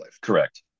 Correct